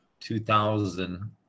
2000